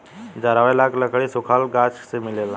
जरावे लायक लकड़ी सुखल गाछ से मिलेला